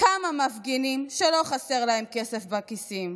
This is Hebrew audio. כמה מפגינים שלא חסר להם כסף בכיסים.